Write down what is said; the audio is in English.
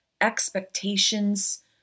expectations